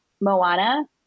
Moana